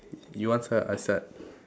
you want start I start